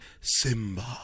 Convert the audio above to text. simba